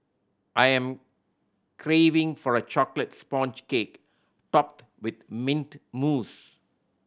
I am craving for a chocolate sponge cake topped with mint mousse